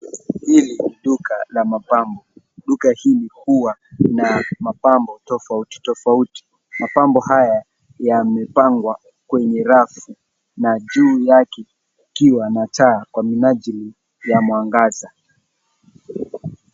Hili ni duka la mapambo. Duka hili huwa na mapambo tofauti tofauti. Mapambo haya yamepangwa kwenye rafu na juu yake ikiwa na taa kwa minajili ya mwangaza.